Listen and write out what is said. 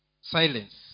silence